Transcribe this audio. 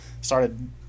started